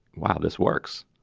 while this works,